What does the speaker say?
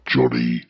Johnny